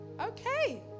Okay